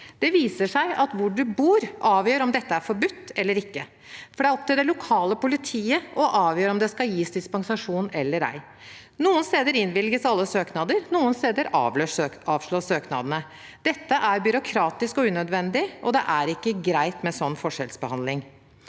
Det viser seg at hvor man bor, avgjør om det er forbudt eller ikke. Det er opp til det lokale politiet å avgjøre om det skal gis dispensasjon eller ei. Noen steder innvilges alle søknader; noen steder avslås søknadene. Dette er byråkratisk og unødvendig, og det er ikke greit med sånn forskjellsbehandling.